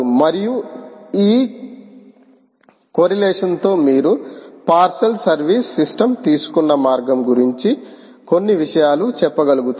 మరియు ఈ కొరిలేషన్ తో మీరు పార్శిల్ సర్వీస్ సిస్టమ్ తీసుకున్న మార్గం గురించి కొన్ని విషయాలు చెప్పగలుగుతారు